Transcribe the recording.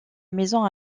maison